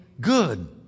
good